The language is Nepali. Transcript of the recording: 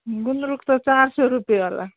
गुन्द्रुक त चार सौ रुपियाँ होला